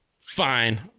fine